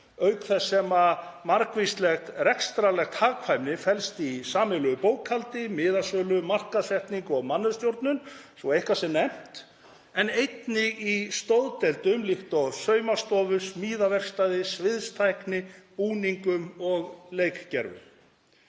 auk þess sem margvísleg rekstrarleg hagkvæmni felst í sameiginlegu bókhaldi, miðasölu, markaðssetningu og mannauðsstjórnun, svo eitthvað sé nefnt, en einnig í stoðdeildum líkt og saumastofu, smíðaverkstæði, sviðstækni, búningum og leikgervi.